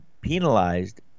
penalized